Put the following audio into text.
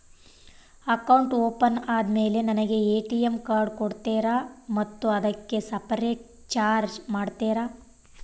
Account open ಆದಮೇಲೆ ನನಗೆ ATM card ಕೊಡ್ತೇರಾ ಮತ್ತು ಅದಕ್ಕೆ ಸಪರೇಟ್ ಚಾರ್ಜ್ ಮಾಡ್ತೇರಾ?